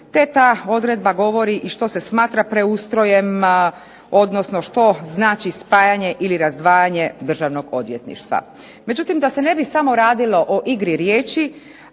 te ta odredba govori i što se smatra preustrojem, odnosno što znači spajanje ili razdvajanje Državnog odvjetništva. Međutim, da se ne bi samo radilo o igri riječi,